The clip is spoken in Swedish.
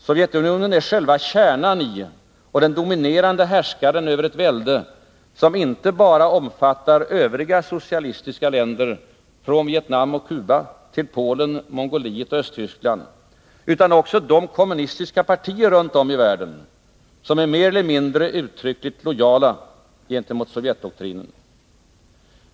Sovjetunionen är själva kärnan i och den dominerande härskaren över ett välde som inte bara omfattar övriga socialistiska länder, från Vietnam och Cuba till Polen, Mongoliet och Östtyskland, utan också de kommunistiska partier runt om i världen som är mer eller mindre uttryckligt lojala gentemot Sovjetdoktrinen.